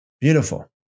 Beautiful